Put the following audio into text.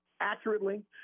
Accurately